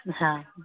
हँ